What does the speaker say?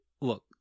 look